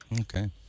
Okay